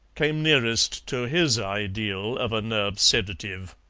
came nearest to his ideal of a nerve sedative.